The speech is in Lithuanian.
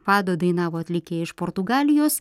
fado dainavo atlikėja iš portugalijos